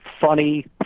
funny